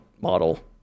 model